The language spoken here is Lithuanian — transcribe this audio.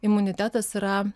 imunitetas yra